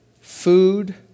food